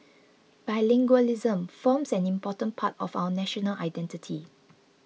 bilingualism forms an important part of our national identity